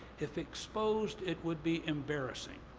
if exposed, it would be embarrassing.